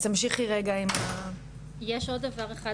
אז תמשיכי רגע עם ה- יש עוד דבר אחד,